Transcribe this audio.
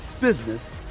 business